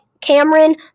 Cameron